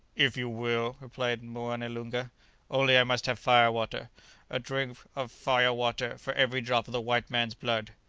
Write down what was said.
if you will, replied moene loonga only i must have fire-water a drop of fire-water for every drop of the white man's blood.